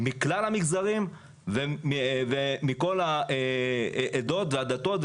מכלל המגזרים ומכל העדות והדתות.